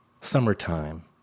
Summertime